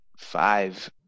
five